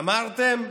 אמרתם: